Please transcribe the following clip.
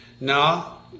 Now